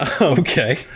Okay